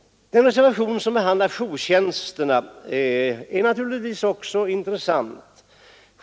Den reservation som behandlar jourtjänsterna är också intressant.